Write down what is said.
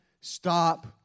stop